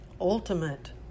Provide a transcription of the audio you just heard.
ultimate